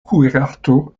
kuirarto